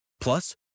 Plus